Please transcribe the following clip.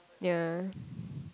yea